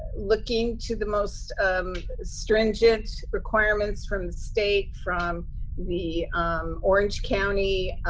looking to the most stringent requirements from the state, from the orange county